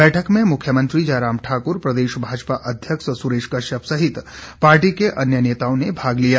बैठक में मुख्यमंत्री जयराम ठाक्र प्रदेश भाजपा अध्यक्ष सुरेश कश्यप सहित पार्टी के अन्य नेताओं ने भाग लिया